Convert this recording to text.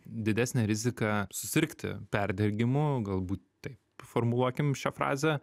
didesnę riziką susirgti perdegimu galbūt taip formuokim šią frazę